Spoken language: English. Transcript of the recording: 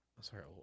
Sorry